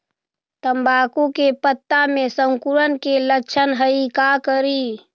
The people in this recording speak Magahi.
तम्बाकू के पत्ता में सिकुड़न के लक्षण हई का करी?